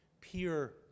Peer